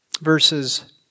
verses